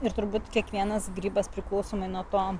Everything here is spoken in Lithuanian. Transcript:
ir turbūt kiekvienas grybas priklausomai nuo to